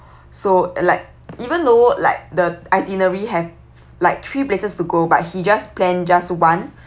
so and like even though like the itinerary have like three places to go but he just plan just one